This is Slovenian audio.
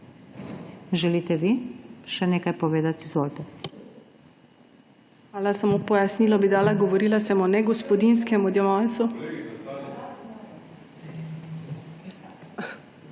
Želite vi še nekaj povedati? Izvolite.